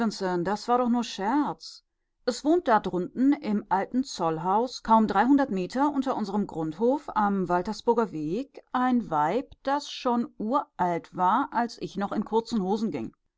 das war doch nur scherz es wohnt da unten im alten zollhaus kaum dreihundert meter unter unserem grundhof am waltersburger weg ein weib das schon uralt war als ich noch in kurzen hosen ging